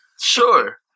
Sure